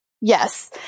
Yes